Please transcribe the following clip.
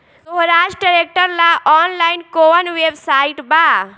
सोहराज tractor ला online कोउन website बा?